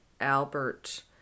Albert